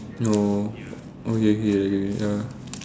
no okay K K okay ya